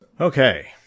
Okay